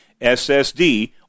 SSD